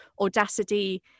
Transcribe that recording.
Audacity